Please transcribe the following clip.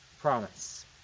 promise